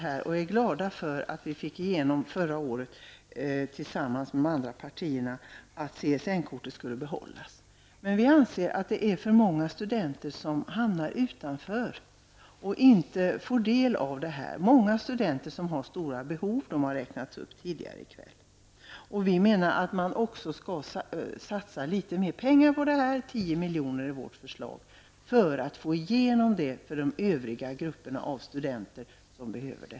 Vi är glada över att vi förra året tillsammans med andra partier fick igenom kravet på att CSN-kortet skall behållas. Däremot anser vi att det är alldeles för många studenter som hamnar utanför, som inte får del av det här. Många studenter har ju stora behov, som har nämnts tidigare i kväll. Vi menar att det är nödvändigt att satsa litet mera pengar. Vi föreslår att 10 miljoner satsas här för att täcka in alla grupper av studenter.